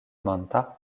monta